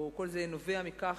או כל זה נובע מכך